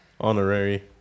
Honorary